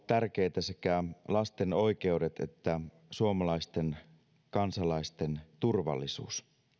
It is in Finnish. tärkeitä sekä lasten oikeudet että suomalaisten kansalaisten turvallisuus